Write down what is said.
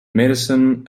medicine